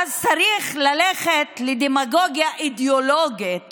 ואז צריך ללכת לדמגוגיה אידיאולוגית